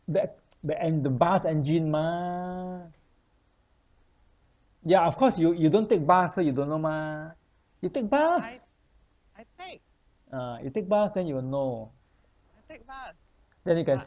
that and the bus engine mah ya of course you you don't take bus so you don't know mah you take bus ah you take bus then you will know then you can see